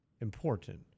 important